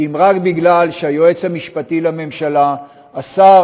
כי אם רק משום שהיועץ המשפטי לממשלה אסר